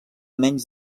menys